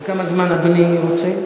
כמה זמן אדוני רוצה?